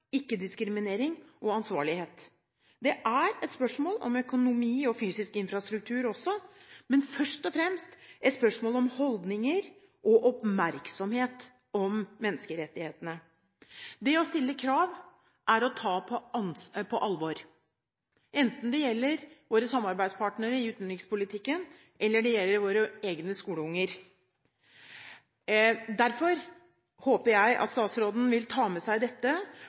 og ansvarlighet. Det er et spørsmål om økonomi og fysisk infrastruktur også, men først og fremst et spørsmål om holdninger og oppmerksomhet om menneskerettighetene. Det å stille krav er å ta på alvor, enten det gjelder våre samarbeidspartnere i utenrikspolitikken eller våre egne skoleunger. Derfor håper jeg at statsråden vil ta med seg dette